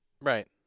Right